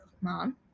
mom